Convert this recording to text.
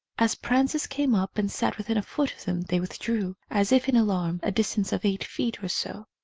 as prances came up and sat within a foot of them they withdrew, as if in alarm, a distance of eight feet or so,